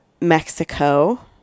Mexico